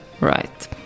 Right